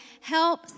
help